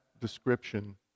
description